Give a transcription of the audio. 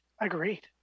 Agreed